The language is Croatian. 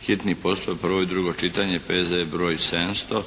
hitni postupak, prvo i drugo čitanje, P.Z.E. br. 700